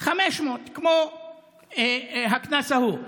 500, כמו הקנס ההוא.